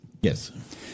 Yes